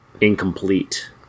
incomplete